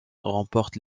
remporte